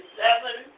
seven